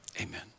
Amen